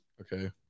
okay